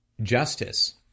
Justice